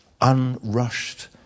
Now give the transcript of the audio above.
unrushed